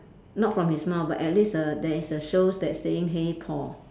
not from his mouth but at least a there is a shows that saying hey Paul